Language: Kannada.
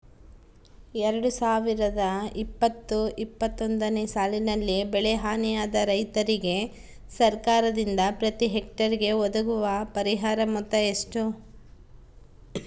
ಎರಡು ಸಾವಿರದ ಇಪ್ಪತ್ತು ಇಪ್ಪತ್ತೊಂದನೆ ಸಾಲಿನಲ್ಲಿ ಬೆಳೆ ಹಾನಿಯಾದ ರೈತರಿಗೆ ಸರ್ಕಾರದಿಂದ ಪ್ರತಿ ಹೆಕ್ಟರ್ ಗೆ ಒದಗುವ ಪರಿಹಾರ ಮೊತ್ತ ಎಷ್ಟು?